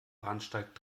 bahnsteig